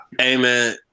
amen